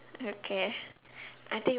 okay I think